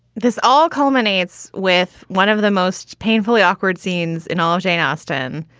this all culminates with one of the most painfully awkward scenes in all of jane austen.